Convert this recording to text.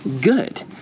good